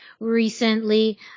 Recently